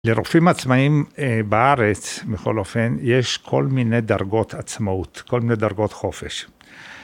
לרופאים עצמאים בארץ, בכל אופן, יש כל מיני דרגות עצמאות, כל מיני דרגות חופש.